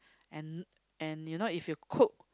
and and you know if you cook